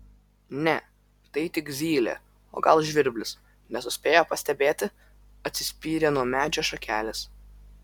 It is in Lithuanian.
ne tai tik zylė o gal žvirblis nesuspėjo pastebėti atsispyrė nuo medžio šakelės